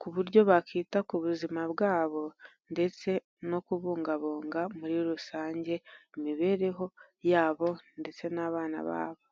ku buryo bakita ku buzima bwabo ndetse no kubungabunga muri rusange mu mibereho yabo ndetse n'abana babo.